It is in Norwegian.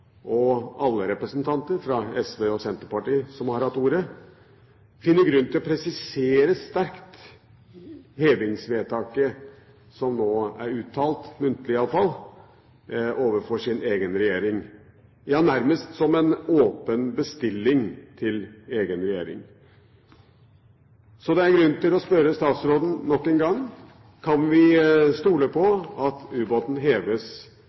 og alle representanter fra SV og Senterpartiet som har hatt ordet, finner grunn til sterkt å presisere hevingsvedtaket som nå er uttalt – muntlig i alle fall – overfor sin egen regjering; ja, nærmest som en åpen bestilling til egen regjering. Så det er en grunn til å spørre statsråden nok en gang: Kan vi stole på at ubåten heves